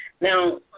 Now